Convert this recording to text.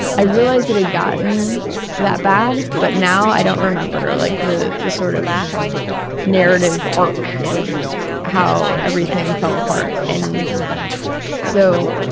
realize it had gotten that bad, but now i don't remember like the the sort of narrative arc of how everything fell apart. and so,